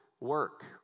work